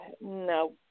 No